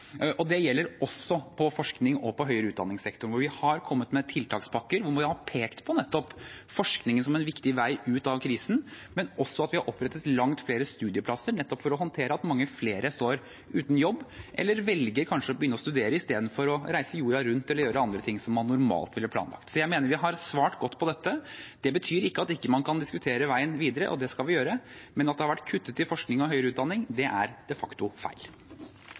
Det gjelder også forsknings- og høyere utdanningssektoren, der vi har kommet med tiltakspakker og pekt på nettopp forskningen som en viktig vei ut av krisen, men også opprettet langt flere studieplasser, nettopp for å håndtere at mange flere står uten jobb eller kanskje velger å begynne å studere i stedet for å reise jorda rundt eller gjøre andre ting som man normalt ville planlagt. Jeg mener vi har svart godt på dette. Det betyr ikke at man ikke kan diskutere veien videre, og det skal vi gjøre, men at det har vært kuttet i forskning og høyere utdanning, er de facto feil.